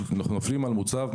אנחנו נופלים על מוצב,